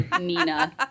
Nina